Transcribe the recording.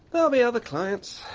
there'll be other clients.